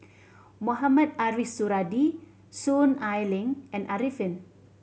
Mohamed Ariff Suradi Soon Ai Ling and Arifin